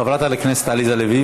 חברת הכנסת עליזה לביא,